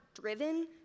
driven